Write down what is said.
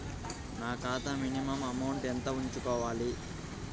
నా ఖాతా minimum amount ఎంత ఉంచుకోవాలి?